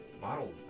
Bottle